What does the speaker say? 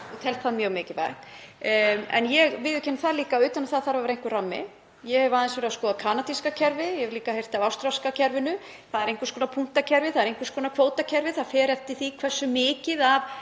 og tel það mjög mikilvægt. En ég viðurkenni líka að utan um það þarf að vera einhver rammi. Ég hef aðeins verið að skoða kanadíska kerfið. Ég hef líka heyrt af ástralska kerfinu. Það er einhvers konar punktakerfi, einhvers konar kvótakerfi. Það fer eftir því hversu mikið af